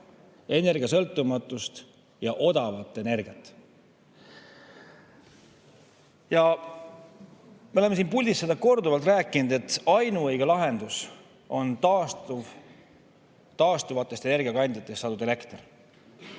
energiasõltumatust ja odavat energiat. Ja me oleme siin puldis seda korduvalt rääkinud, et ainuõige lahendus on taastuvatest energiakandjatest saadud elekter.